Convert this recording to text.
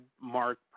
mark